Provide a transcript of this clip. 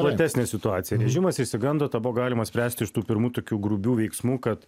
platesnę situaciją režimas išsigando tą buvo galima spręsti iš tų pirmų tokių grubių veiksmų kad